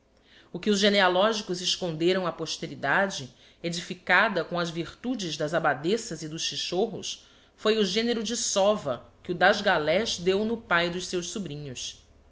o que os genealogicos esconderam á posteridade edificada com as virtudes das abbadessas e dos chichorros foi o genero de sova que o das galés deu no pai dos seus sobrinhos